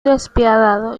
despiadado